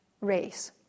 race